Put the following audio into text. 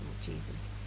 Jesus